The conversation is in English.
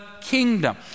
kingdom